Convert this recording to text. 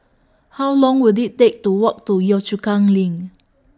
How Long Will IT Take to Walk to Yio Chu Kang LINK